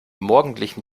morgendlichen